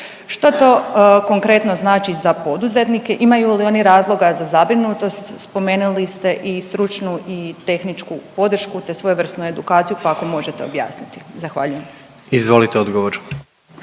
Što to konkretno znači za poduzetnike, imaju li oni razloga za zabrinutost? Spomenuli ste i stručnu i tehničku podršku, te svojevrsnu edukaciju, pa ako možete objasniti. Zahvaljujem. **Jandroković,